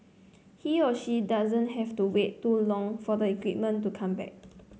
he or she doesn't have to wait too long for the equipment to come back